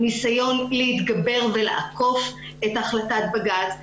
זה ניסיון להתגבר ולעקוף את החלטת בג"ץ,